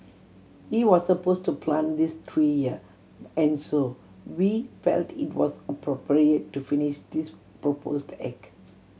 he was suppose to plant this tree here and so we felt it was appropriate to finish this proposed act